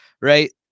right